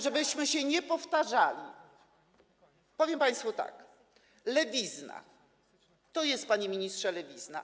Żebyśmy się nie powtarzali, powiem państwu tak: lewizna, to jest, panie ministrze, lewizna.